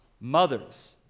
mothers